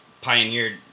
pioneered